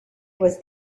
was